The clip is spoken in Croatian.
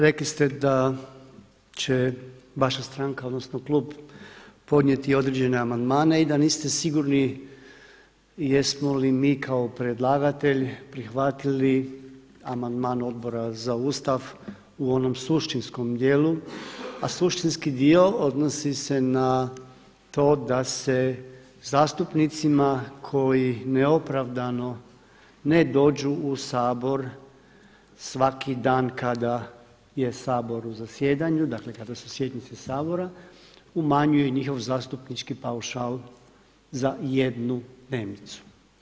Rekli ste da će vaša stranka, odnosno klub podnijeti određene amandmane i da niste sigurni jesmo li mi kao predlagatelj prihvatili amandman Odbora za Ustav u onom suštinskom dijelu, a suštinski dio odnosi se na to da se zastupnicima koji neopravdano ne dođu u Sabor svaki dan kada je Sabor u zasjedanju, dakle kada su sjednice Sabora umanjuje njihov zastupnički paušal za jednu dnevnicu.